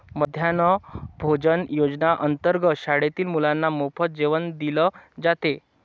मध्यान्ह भोजन योजनेअंतर्गत शाळेतील मुलांना मोफत जेवण दिले जाते